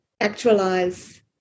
actualize